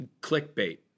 clickbait